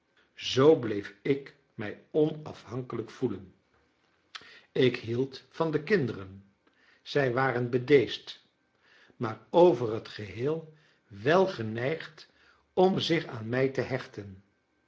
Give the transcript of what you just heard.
zoo bleef ik mij onaf hankelij k voelen ik hield van de kinderen zij waren bedeesd maar over het geheel wel geneigd om zich aan mij te hechten